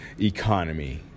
economy